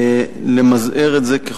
אבל כל